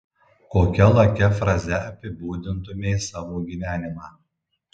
kokia lakia fraze apibūdintumei savo gyvenimą